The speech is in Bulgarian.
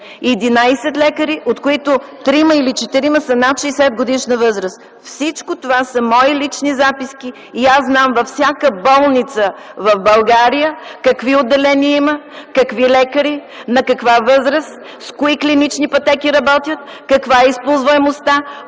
лекари, от които трима или четирима са над 60-годишна възраст. Всичко това са мои лични записки и аз знам във всяка болница в България какви отделения има, какви лекари, на каква възраст, с кои клинични пътеки работят, каква е използваемостта,